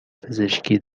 پزشکی